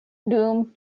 dum